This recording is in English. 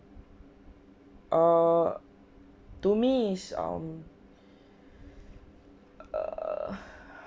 err to me is um err